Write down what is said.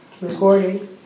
recording